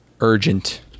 Urgent